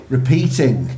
Repeating